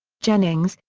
jennings,